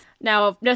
Now